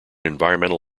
environmental